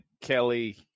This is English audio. Kelly